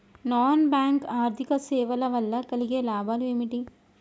Non bank ఆర్థిక సేవల వల్ల కలిగే లాభాలు ఏమిటి?